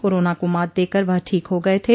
corona को मात देकर वह ठीक हो गये थे